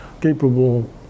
capable